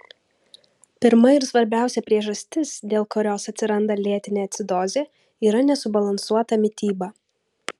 pirma ir svarbiausia priežastis dėl kurios atsiranda lėtinė acidozė yra nesubalansuota mityba